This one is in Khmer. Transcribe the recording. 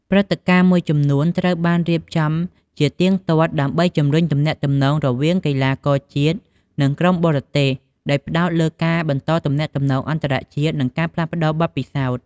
ព្រឹត្តិការណ៍មួយចំនួនត្រូវបានរៀបចំជាទៀងទាត់ដើម្បីជម្រុញទំនាក់ទំនងរវាងកីឡាករជាតិ និងក្រុមបរទេស ដោយផ្ដោតលើការបន្តទំនាក់ទំនងអន្តរជាតិ និងការផ្លាស់ប្តូរបទពិសោធន៍។